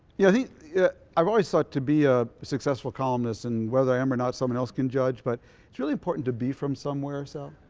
yeah yeah i've always thought to be a successful columnist and rather i am or not someone else can judge, but it's really important to be from somewhere sal.